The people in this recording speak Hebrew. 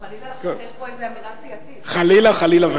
או חלילה לחשוב שיש פה איזו אמירה סיעתית.